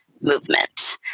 movement